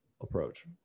approach